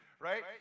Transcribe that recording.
Right